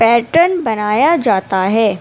pattern بنایا جاتا ہے